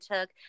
took